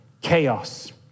chaos